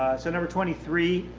so number twenty three,